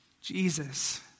Jesus